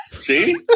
See